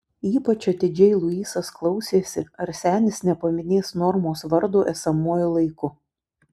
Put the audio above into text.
ypač atidžiai luisas klausėsi ar senis nepaminės normos vardo esamuoju laiku